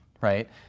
right